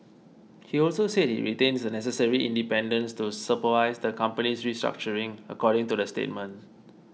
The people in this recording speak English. he also said he retains the necessary independence to supervise the company's restructuring according to the statement